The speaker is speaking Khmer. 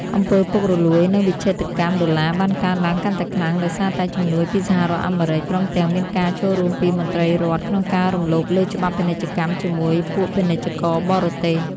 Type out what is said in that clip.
អំពើពុករលួយ និងវិច្ឆេទកម្មដុល្លារបានកើនឡើងកាន់តែខ្លាំង ដោយសារតែជំនួយពីសហរដ្ឋអាមេរិក ព្រមទាំងមានការចូលរួមពីមន្ត្រីរដ្ឋក្នុងការរំលោភលើច្បាប់ពាណិជ្ជកម្មជាមួយពួកពាណិជ្ជករបរទេស។